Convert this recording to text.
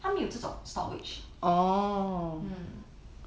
它没有这种 storage mmhmm